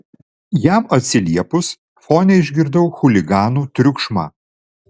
jam atsiliepus fone išgirdau chuliganų triukšmą